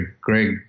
Greg